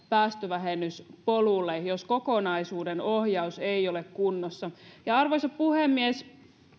päästövähennyspolulle jos kokonaisuuden ohjaus ei ole kunnossa arvoisa puhemies